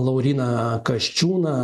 lauryną kasčiūną